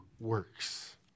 works